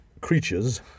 creatures